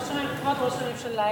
סליחה, נכון, כבוד ראש הממשלה.